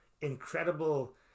incredible